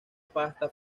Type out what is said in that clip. pasta